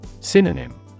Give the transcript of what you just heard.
Synonym